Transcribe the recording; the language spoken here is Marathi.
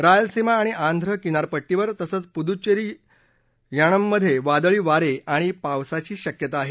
रायलसीमा आणि आंध्र किनारपट्टीवर तसंच पुदुच्चेरी यनममधे वादळीवारे आणि पावसाची शक्यता आहे